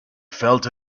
felt